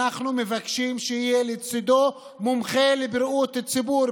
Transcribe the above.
אנחנו מבקשים שיהיה לצידו מומחה לבריאות הציבור,